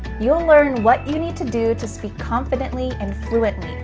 you'll learn what you need to do to speak confidently and fluently.